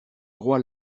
roi